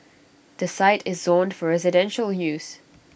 the site is zoned for residential use